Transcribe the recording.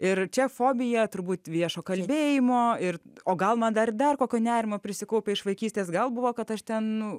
ir čia fobija turbūt viešo kalbėjimo ir o gal dar dar kokio nerimo prisikaupia iš vaikystės gal buvo kad aš ten